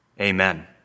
Amen